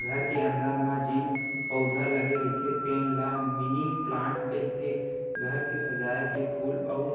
घर के अंदर म जेन पउधा लगे रहिथे तेन ल मिनी पलांट कहिथे, घर के सजाए के फूल अउ